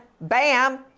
bam